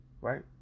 right